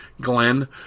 Glenn